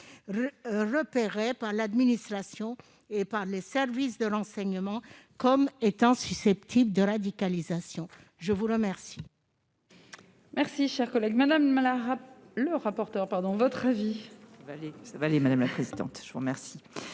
repérées par l'administration et les services de renseignement comme étant susceptibles de radicalisation. Quel